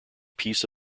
piece